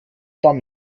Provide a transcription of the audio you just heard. dann